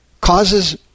causes